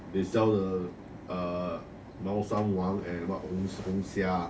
they sell the uh 貓山王 and the what 红虾